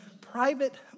private